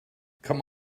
come